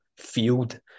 field